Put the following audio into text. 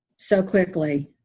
so quickly,